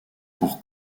pour